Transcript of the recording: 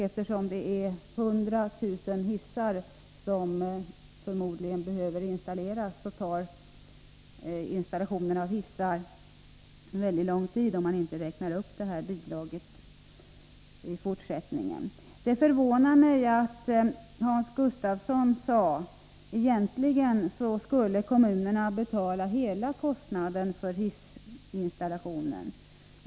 Eftersom förmodligen 100 000 hissar behöver installeras, kommer dessa installationer att ta mycket lång tid, om man inte i fortsättningen räknar upp det här bidraget. Det förvånar mig att Hans Gustafsson sade att kommunerna egentligen skulle betala hela kostnaden för hissinstallationer.